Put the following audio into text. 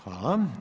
Hvala.